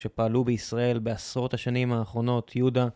שפעלו בישראל בעשרות השנים האחרונות, יהודה